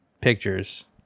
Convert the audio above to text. pictures